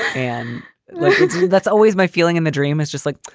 and that's always my feeling and the dream is just like,